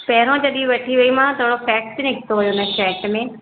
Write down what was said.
पहिरियों जॾहिं वठी वयींमाव थोरो फेक्ट निकितो हुयो हुन शर्ट में